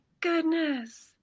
goodness